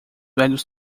velhos